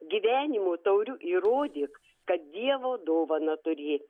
gyvenimu tauriu įrodyk kad dievo dovaną turi